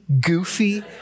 goofy